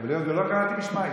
אבל היות שלא קראתי בשמה,